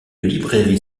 librairie